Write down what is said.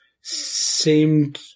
Seemed